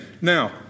Now